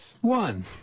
one